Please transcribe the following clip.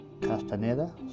Castaneda